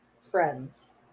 friends